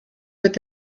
mit